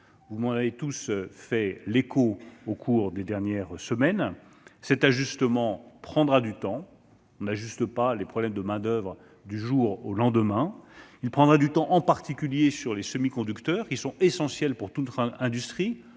vous en êtes tous fait l'écho au cours des dernières semaines. L'ajustement prendra du temps- on ne règle pas les problèmes de main-d'oeuvre du jour au lendemain -, en particulier sur les semi-conducteurs qui sont essentiels pour toute industrie,